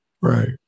Right